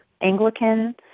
Anglican